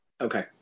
okay